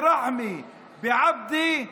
ברח'מה, בעבדה.